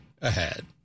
ahead